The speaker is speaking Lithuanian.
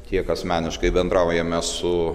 tiek asmeniškai bendraujame su